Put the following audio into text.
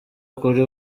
kuri